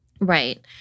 Right